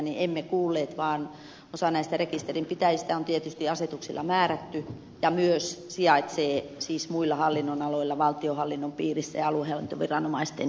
emme kuulleet vaan osa näistä rekisterin pitäjistä on tietysti asetuksilla määrätty ja myös sijaitsee siis muilla hallinnonaloilla valtionhallinnon piirissä ja aluehallintoviranomaisten keskuudessa